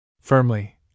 Firmly